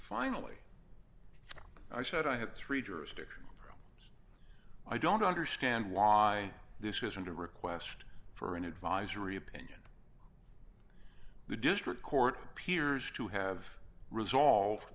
finally i said i have three jurisdiction i don't understand why this isn't a request for an advisory opinion the district court peers to have resolve